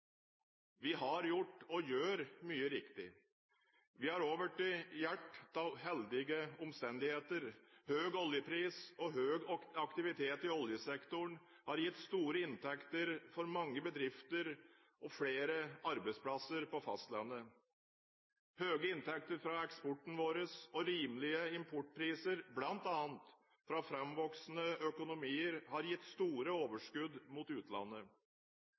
Vi har gjort og gjør mye riktig. Vi har også blitt hjulpet av heldige omstendigheter. Høy oljepris og høy aktivitet i oljesektoren har gitt store inntekter for mange bedrifter og flere arbeidsplasser på fastlandet. Høye inntekter fra vår eksport og rimelige importpriser, bl.a. fra framvoksende økonomier, har gitt store overskudd mot utlandet.